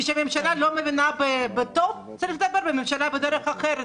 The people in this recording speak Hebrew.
כשממשלה לא מבינה בטוב צריך לדבר לממשלה בדרך אחרת,